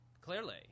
clearly